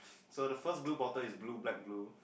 so the blue bottle is blue black blue